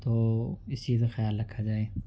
تو اس چیز کا خیال رکھا جائے